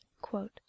quote